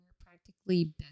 practically